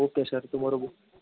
okay sir તમારું book